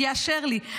יאשר לי.